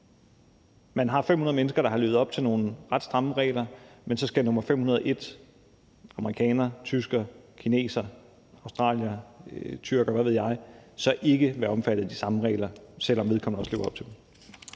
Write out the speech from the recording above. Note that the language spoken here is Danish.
man har 500 mennesker, der har levet op til nogle ret stramme regler, men hvor nr. 501, som kan være amerikaner, tysker, kineser, australier, tyrker, og hvad ved jeg, så ikke skal være omfattet af de samme regler, selv om vedkommende også lever op til dem.